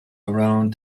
around